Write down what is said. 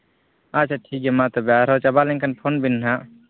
ᱟᱪᱪᱷᱟ ᱴᱷᱤᱠᱜᱮᱭᱟ ᱢᱟ ᱛᱚᱵᱮ ᱟᱨᱦᱚᱸ ᱪᱟᱵᱟ ᱞᱮᱱᱠᱷᱟᱱ ᱯᱷᱳᱱ ᱵᱤᱱ ᱱᱟᱜ